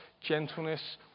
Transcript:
gentleness